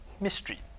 mystery